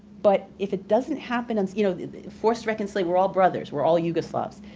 but if it doesn't happen, and you know forced reconciliation, we're all brothers, we're all yugoslavs,